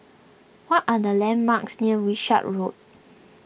what are the landmarks near Wishart Road